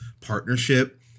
partnership